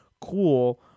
cool